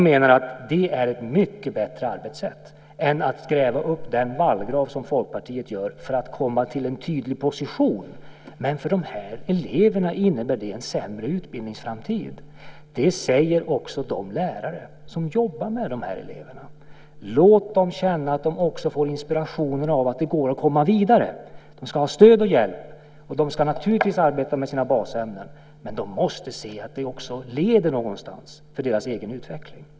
Det är ett mycket bättre arbetssätt än att gräva upp en vallgrav, som Folkpartiet gör, för att komma fram till en tydlig position. För de här eleverna innebär det en sämre utbildningsframtid. Det säger också de lärare som jobbar med de här eleverna: Låt dem känna att de också får inspiration av att det går att komma vidare! De ska ha stöd och hjälp, de ska naturligtvis arbeta med sina basämnen, men de måste också se att det leder någonstans för deras egen utveckling.